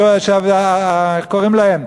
איך קוראים להם,